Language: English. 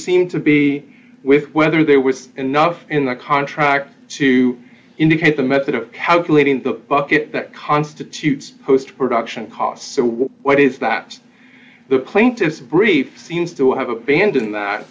seem to be with whether there was enough in the contract to indicate the method of calculating the bucket that constitutes post production costs what is that the plaintiff's brief seems to have abandoned that